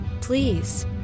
Please